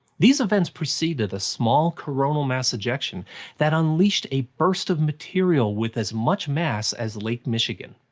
these events proceeded a small coronal mass ejection that unleashed a burst of material with as much mass as lake michigan.